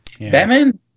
Batman